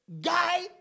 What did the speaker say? guy